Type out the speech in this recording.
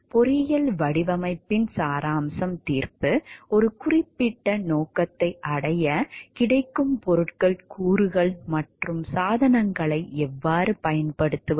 பொறியியல் வடிவமைப்பின் சாராம்சம் தீர்ப்பு ஒரு குறிப்பிட்ட நோக்கத்தை அடைய கிடைக்கும் பொருட்கள் கூறுகள் மற்றும் சாதனங்களை எவ்வாறு பயன்படுத்துவது